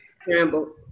Scramble